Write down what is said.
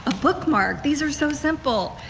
ah bookmark these are so simple.